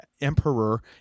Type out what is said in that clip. emperor